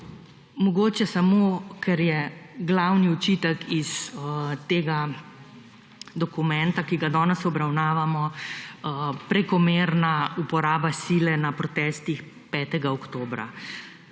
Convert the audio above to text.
Mogoče samo, ker je glavni očitek iz tega dokumenta, ki ga danes obravnavamo, prekomerna uporaba sile na protestih 5. oktobra.